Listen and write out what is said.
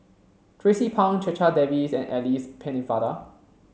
Tracie Pang Checha Davies and Alice Pennefather